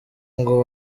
ngo